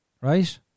right